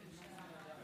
חבר הכנסת רועי